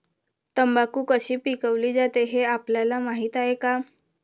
तंबाखू कशी पिकवली जाते हे आपल्याला माहीत आहे का?